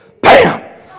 bam